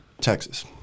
Texas